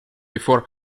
before